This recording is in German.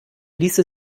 ließe